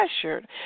pressured